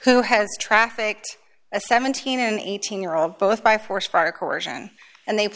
who has trafficked a seventeen and eighteen year old both by four spark origin and they